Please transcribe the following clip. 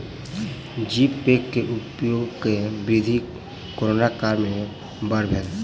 जी Pay के उपयोगक वृद्धि कोरोना काल में बड़ भेल